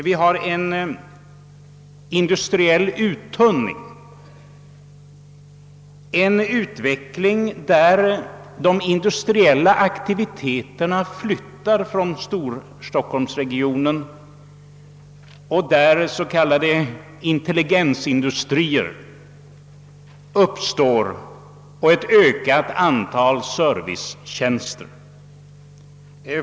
Här pågår en industriell uttunning genom att de industriella aktiviteterna flyttar från storstockholmsregionen och s.k. intelligensindustrier uppstår med ett ökat antal servicetjänster.